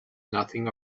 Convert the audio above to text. nothing